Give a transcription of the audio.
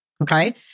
okay